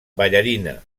ballarina